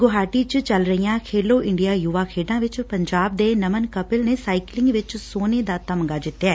ਗੁਹਾਟੀ ਚ ਚੱਲ ਰਹੀਆਂ ਖੇਲੋ ਇੰਡੀਆ ਯੁਵਾ ਖੇਡਾਂ ਵਿਚ ਪੰਜਾਬ ਦੇ ਨਮਨ ਕਪਿਲ ਨੇ ਸਾਈਕਲਿੰਗ ਵਿਚ ਸੋਨੇ ਦਾ ਤਮਗਾ ਜਿੱਤਿਐ